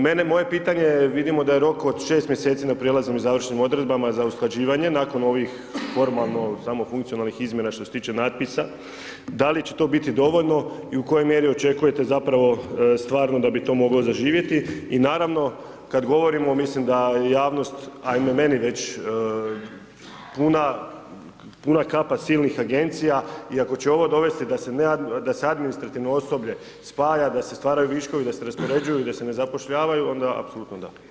Mene moje pitanje vidimo da je rok od 6 mjeseci na prijelaznim i završnim odredbama za usklađivanje nakon ovih formalno samo funkcionalnih izmjena što se tiče natpisa, da li će to biti dovoljno i u kojoj mjeri očekujete zapravo stvarno da bi to moglo zaživjeti i naravno kad govorimo mislim da javnost, ajme meni već puna kapa silnih agencija i ako će ovo dovesti da se administrativno osoblje spaja da se stvaraju viškovi, da se raspoređuju, da se ne zapošljavaju onda apsolutno da.